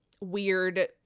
weird